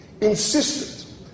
insisted